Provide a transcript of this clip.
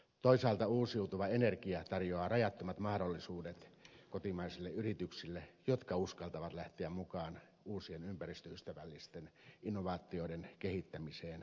toisaalta uusiutuva energia tarjoaa rajattomat mahdollisuudet kotimaisille yrityksille jotka uskaltavat lähteä mukaan uusien ympäristöystävällisten innovaatioiden kehittämiseen ja kaupallistamiseen